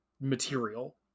material